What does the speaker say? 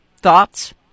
thoughts